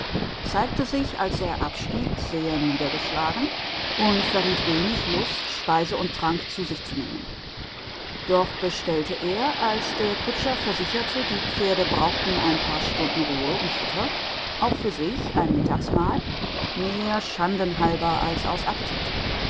zeigte sich als er abstieg sehr niedergeschlagen und verrieth wenig lust speise und trank zu sich zu nehmen doch bestellte er als der kutscher versicherte die pferde brauchten ein paar stunden ruhe und futter auch für sich ein mittagsmal mehr schanden halber als aus appetit